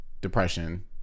depression